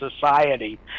society